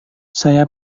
saya